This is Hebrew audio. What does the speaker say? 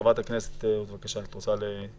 חברת הכנסת וסרמן לנדה, את רוצה להתייחס?